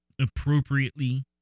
appropriately